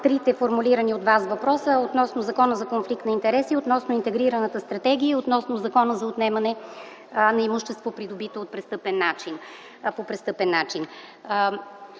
трите формулирани от Вас въпроси – относно Закона за конфликт на интереси, относно Интегрираната стратегия и относно Закона за отнемане на имущество, придобито по престъпен начин.